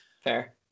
Fair